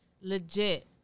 Legit